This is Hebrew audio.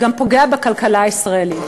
זה גם פוגע בכלכלה הישראלית.